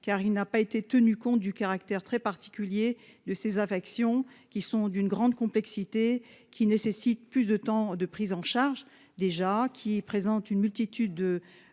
car il n'a pas été tenu compte du caractère très particulier de ces affections qui sont d'une grande complexité qui nécessite plus de temps de prise en charge déjà qui présente une multitude de